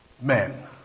Men